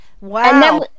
Wow